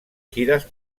giras